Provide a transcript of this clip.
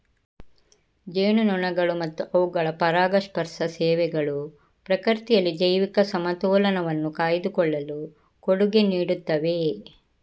ಜೇನುನೊಣಗಳು ಮತ್ತು ಅವುಗಳ ಪರಾಗಸ್ಪರ್ಶ ಸೇವೆಗಳು ಪ್ರಕೃತಿಯಲ್ಲಿ ಜೈವಿಕ ಸಮತೋಲನವನ್ನು ಕಾಯ್ದುಕೊಳ್ಳಲು ಕೊಡುಗೆ ನೀಡುತ್ತವೆ